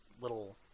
Little